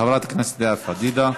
חברת הכנסת לאה פדידה.